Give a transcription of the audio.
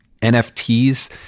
NFTs